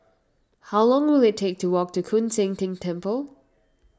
how long will it take to walk to Koon Seng Ting Temple